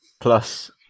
plus